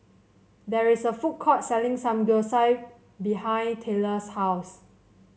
there is a food court selling Samgyeopsal behind Tyler's house